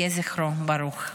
יהי זכרו ברוך.